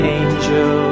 angel